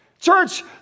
Church